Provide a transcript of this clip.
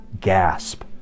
gasp